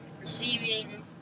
Receiving